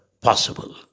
possible